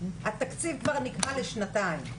התקציב כבר נקבע לשנתיים.